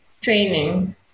training